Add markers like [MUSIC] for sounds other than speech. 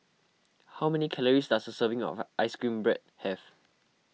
how many calories does a serving of [HESITATION] Ice Cream Bread have